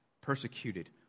persecuted